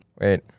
Wait